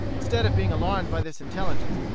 instead of being alarmed by this intelligence,